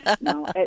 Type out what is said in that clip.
No